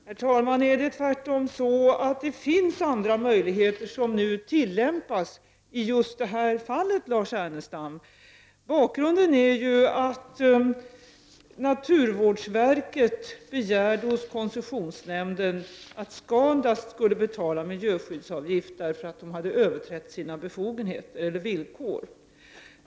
Herr talman! Är det inte tvärtom så att det finns andra möjligheter som nu tillämpas just i det här fallet, Lars Ernestam? Bakgrunden är ju att naturvårdsverket begärde hos koncessionsnämnden att Scandust skulle betala miljöskyddsavgifter, därför att företaget hade överträtt sina villkor.